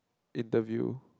interview